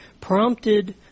prompted